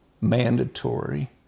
mandatory